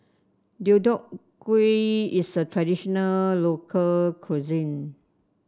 Deodeok Gui is a traditional local cuisine